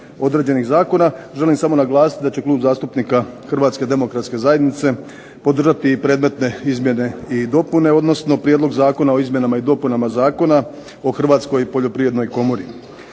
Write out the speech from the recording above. određenih zakona, želim samo naglasiti da će Klub zastupnika HDZ-a podržati predmetne izmjene i dopune, odnosno prijedlog Zakona o izmjenama i dopunama Zakona o Hrvatskoj poljoprivrednoj komori.